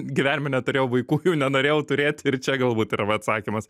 gyvenime neturėjau vaikų jų nenorėjau turėti ir čia galbūt va yra atsakymas